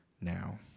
now